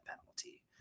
penalty